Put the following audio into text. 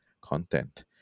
content